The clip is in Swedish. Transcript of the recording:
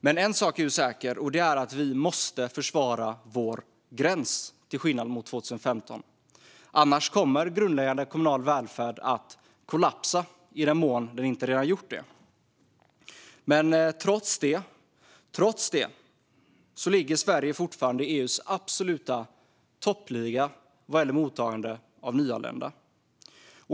Men en sak är säker, och det är att vi, till skillnad mot 2015, måste försvara vår gräns. Annars kommer grundläggande kommunal välfärd att kollapsa, i den mån den inte redan har gjort det. Trots det ligger Sverige fortfarande i EU:s absoluta topp vad gäller mottagande av nyanlända.